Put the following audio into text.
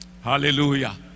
Hallelujah